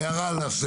מה שנקרא, הערה לסדר.